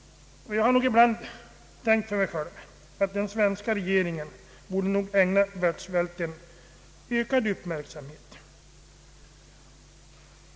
Jag har nog ibland tänkt för mig själv att den svens ka regeringen borde ägna världssvälten ökad uppmärksamhet.